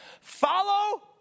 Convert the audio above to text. follow